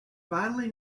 finally